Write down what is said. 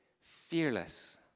Fearless